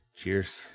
Cheers